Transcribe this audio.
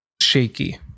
Shaky